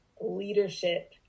leadership